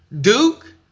Duke